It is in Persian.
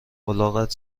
الاغت